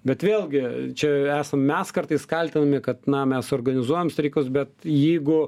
bet vėlgi čia esam mes kartais kaltinami kad na mes organizuojam streikus bet jeigu